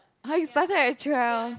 !huh! you started at twelve